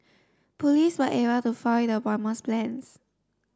police were able to foil the bomber's plans